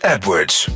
Edwards